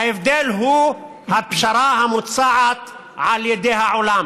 ההבדל הוא הפשרה המוצעת על ידי העולם,